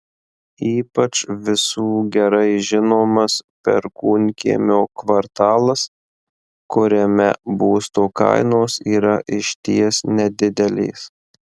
ypač visų gerai žinomas perkūnkiemio kvartalas kuriame būsto kainos yra išties nedidelės